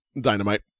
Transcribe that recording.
Dynamite